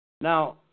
Now